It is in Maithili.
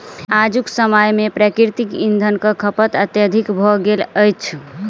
आजुक समय मे प्राकृतिक इंधनक खपत अत्यधिक भ गेल अछि